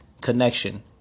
Connection